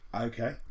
Okay